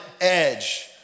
edge